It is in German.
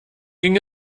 ging